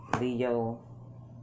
Leo